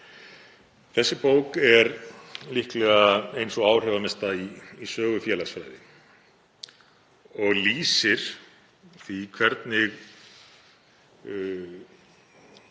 Þessi bók er líklega ein sú áhrifamesta í sögu félagsfræði og lýsir því hvernig